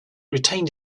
retained